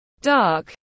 dark